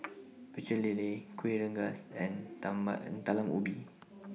Pecel Lele Kueh Rengas and Talam Ubi